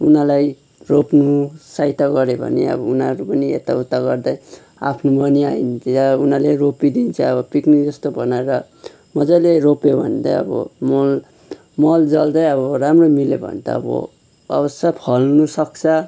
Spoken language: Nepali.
उनीहरूलाई रोप्नु सहायता गर्यो भने अब उनीहरू पनि यता उता गर्दा आफ्नोमा पनि आइदिन्छ अब उनीहरूले रोपिदिन्छ अब पिकनिक जस्तो बनाएर मजाले रोप्यो भने चाहिँ अब मल मल जल चाहिँ अब राम्रो मिल्यो भने त अब अवश्य फल्नु सक्छ